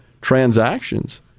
transactions